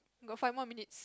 got five more minute